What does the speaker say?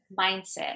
mindset